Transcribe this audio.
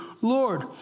Lord